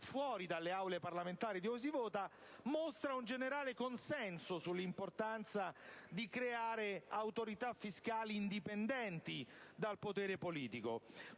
fuori dalle Aule parlamentari dove si vota), vi è un generale consenso sull'importanza di creare autorità fiscali indipendenti dal potere politico,